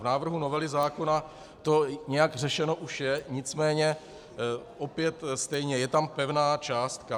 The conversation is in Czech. V návrhu novely zákona to nějak řešeno už je, nicméně opět stejně, je tam pevná částka.